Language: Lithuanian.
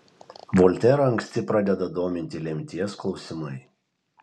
volterą anksti pradeda dominti lemties klausimai